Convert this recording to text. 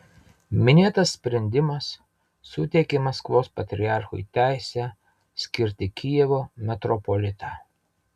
minėtas sprendimas suteikė maskvos patriarchui teisę skirti kijevo metropolitą